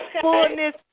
fullness